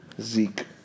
Zeke